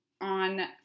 On